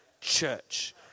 church